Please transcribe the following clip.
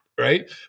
right